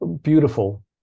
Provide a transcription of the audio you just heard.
beautiful